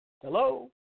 hello